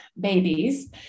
babies